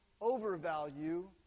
overvalue